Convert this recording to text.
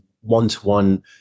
one-to-one